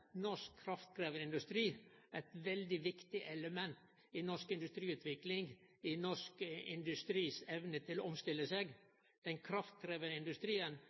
norsk kraftkrevjande industri er eit veldig viktig element i norsk industriutvikling, i norsk industris evne til å omstille seg.